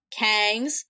Kangs